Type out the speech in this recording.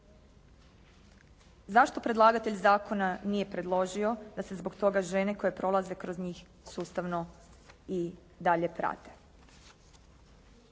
Zašto predlagatelj zakona nije predložio da se zbog toga žene koje prolaze kroz njih sustavno i dalje prate.